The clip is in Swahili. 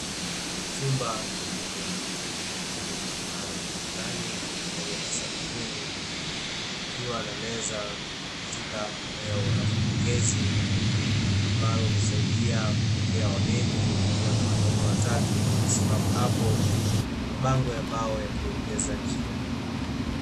Chumba kikubwa chenye marumaru ukutani pamoja na sakafuni, kukiwa na meza katika eneo la mapokezi, ambalo husaidia kupokea wageni, likiwa na wanaume watatu wamesimma hapo na mabango ambayo yakielekeza njia.